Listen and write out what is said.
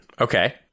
okay